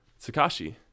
Sakashi